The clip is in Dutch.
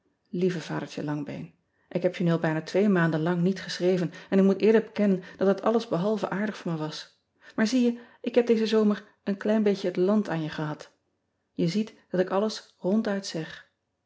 ieve adertje angbeen k heb je nu al bijna twee maanden lang niet geschreven en ik moet eerlijk bekennen dat dat alles behalve aardig van me was aar zie je ik heb dezen zomer een klein beetje het land aan je gehad e ziet dat ik alles ronduit zeg